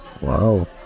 Wow